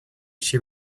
she